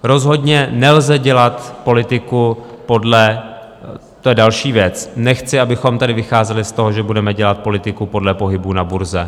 Rozhodně nelze dělat politiku to je další věc nechci, abychom tady vycházeli z toho, že budeme dělat politiku podle pohybu na burze.